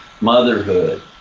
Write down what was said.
motherhood